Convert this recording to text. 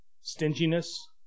stinginess